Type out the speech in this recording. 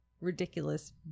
ridiculous